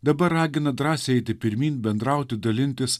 dabar ragina drąsiai eiti pirmyn bendrauti dalintis